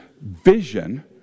vision